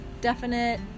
definite